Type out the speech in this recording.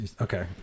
Okay